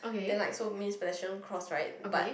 then like so means pedestrians cross right but